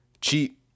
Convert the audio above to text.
cheap